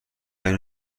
اینو